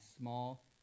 small